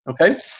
Okay